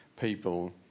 people